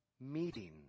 meeting